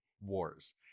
wars